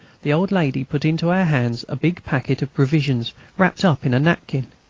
the old lady put into our hands a big packet of provisions wrapped up in a napkin.